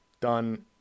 done